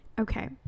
Okay